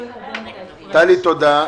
טלי, תודה.